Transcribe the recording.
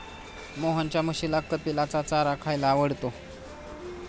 मोहनच्या म्हशीला कपिलाचा चारा खायला आवडतो